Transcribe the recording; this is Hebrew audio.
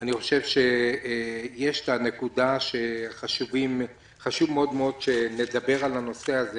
אני חושב שיש את הנקודה שחשוב מאוד שנדבר על הנושא הזה